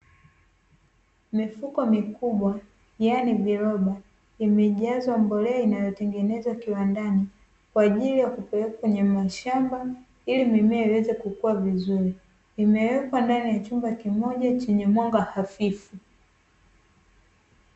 Mifuko mikubwa yaani viroba imejazwa mbolea iliyotengenezwa kiwandani, kwa ajili ya kupelekwa kwenye mashamba ili mimea iweze kukua vizuri, imewekwa ndani ya chumba kimoja chenye mwanga hafifu.